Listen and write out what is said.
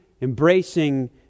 embracing